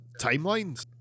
timelines